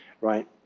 Right